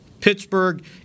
Pittsburgh